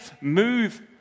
move